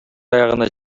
аягына